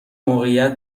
موقعیت